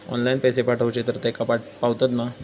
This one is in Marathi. ऑनलाइन पैसे पाठवचे तर तेका पावतत मा?